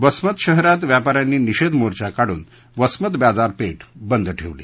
वसमत शहरात व्यापाऱ्यांनी निषेध मोर्चा काढून वसमत व्यापारपेठ बंद ठेवली